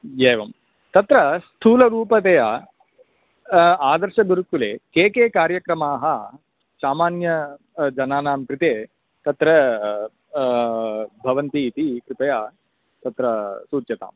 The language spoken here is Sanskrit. एवं तत्र स्थूलरूपतया आदर्शगुरुकुले के के कार्यक्रमाः सामान्यजनानां कृते तत्र भवन्ति इति कृपया तत्र सूच्यताम्